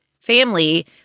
family